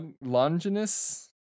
Longinus